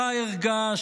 אותם ערגה,